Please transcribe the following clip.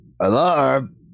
Alarm